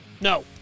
No